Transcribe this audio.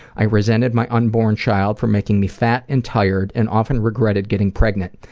i resented my unborn child for making me fat and tired, and often regretted getting pregnant.